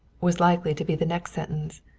was likely to be the next sentence.